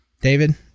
David